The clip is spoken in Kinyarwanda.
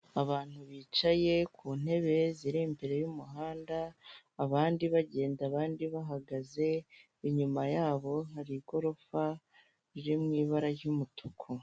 Abantu bicaye ku ntebe ziri imbere y'umuhanda, abandi bagenda, abandi bahagaze, inyuma yabo hari igorofa riri mu ibara ry'umutuku.